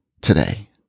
today